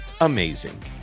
amazing